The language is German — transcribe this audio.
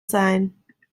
sein